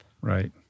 Right